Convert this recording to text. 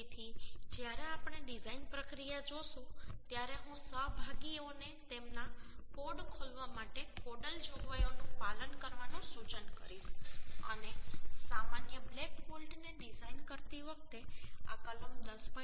તેથી જ્યારે આપણે ડિઝાઇન પ્રક્રિયા જોશું ત્યારે હું સહભાગીઓને તેમના કોડ ખોલવા માટે કોડલ જોગવાઈઓનું પાલન કરવાનું સૂચન કરીશ અને સામાન્ય બ્લેક બોલ્ટને ડિઝાઇન કરતી વખતે આ કલમ 10